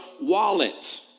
wallet